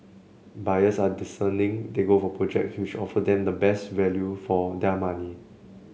buyers are discerning they go for project which offer them the best value for their money